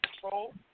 control